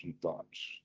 thoughts